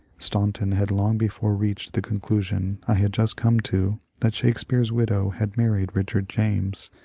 staunton had long before reached the conclusion i had just come to that shakespeare's widow had married richard james,